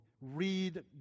read